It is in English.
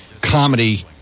comedy